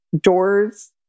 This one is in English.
doors